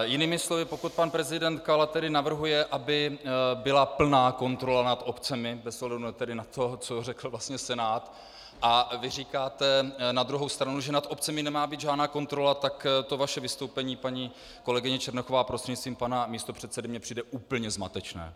Jinými slovy, pokud pan prezident Kala tedy navrhuje, aby byla plná kontrola nad obcemi, bez ohledu na to, co řekl Senát, a vy říkáte na druhou stranu, že nad obcemi nemá být žádná kontrola, tak to vaše vystoupení, paní kolegyně Černochová prostřednictvím pana místopředsedy, mi přijde úplně zmatečné.